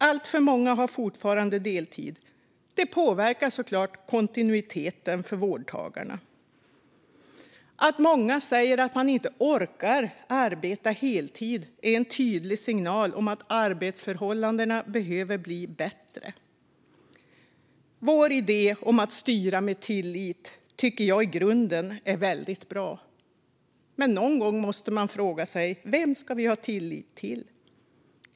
Alltför många har fortfarande deltid, och det påverkar såklart kontinuiteten för vårdtagarna. Att många säger att de inte orkar arbeta heltid är en tydlig signal om att arbetsförhållandena behöver bli bättre. Vår idé om att styra med tillit tycker jag i grunden är väldigt bra. Men någon gång måste man fråga sig: Vem ska vi ha tillit till?